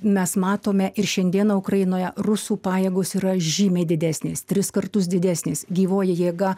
mes matome ir šiandieną ukrainoje rusų pajėgos yra žymiai didesnės tris kartus didesnės gyvoji jėga